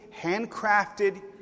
handcrafted